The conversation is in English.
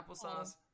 Applesauce